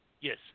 Yes